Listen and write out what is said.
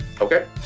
Okay